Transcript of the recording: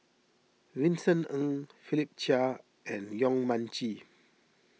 Vincent Ng Philip Chia and Yong Mun Chee